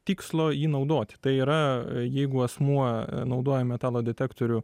tikslo jį naudoti tai yra jeigu asmuo naudoja metalo detektorių